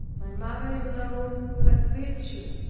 my mother-in-law had virtue,